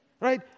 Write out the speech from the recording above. Right